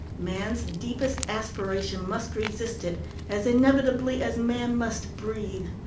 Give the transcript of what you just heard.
man's deepest aspiration must resist it as inevitably as man must breathe.